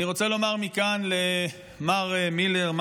אני רוצה לומר מכאן למר מילר,